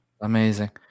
amazing